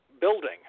building